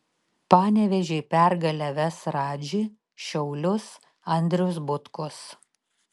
panevėžį į pergalę ves radži šiaulius andrius butkus